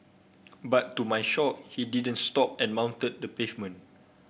but to my shock he didn't stop and mounted the pavement